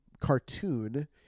cartoon